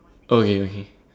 okay okay